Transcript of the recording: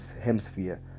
hemisphere